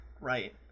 right